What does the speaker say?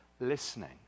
listening